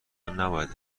نباید